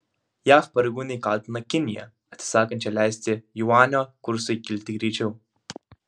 jav pareigūnai kaltina kiniją atsisakančią leisti juanio kursui kilti greičiau